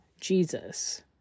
Jesus